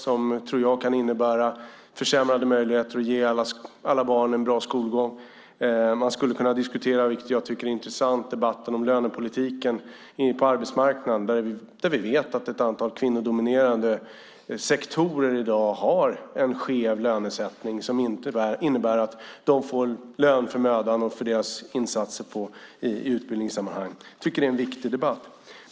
Det kan, tror jag, innebära försämrade möjligheter att ge alla barn en bra skolgång. Man skulle kunna diskutera, vilket jag tycker är intressant, lönepolitiken. Vi vet att ett antal kvinnodominerade sektorer i dag har en skev lönesättning som innebär att de inte får lön för mödan och för deras insatser i utbildningssammanhang. Jag tycker att det är en viktig debatt.